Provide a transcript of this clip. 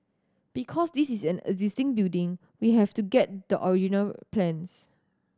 because this is an existing building we have to get the original plans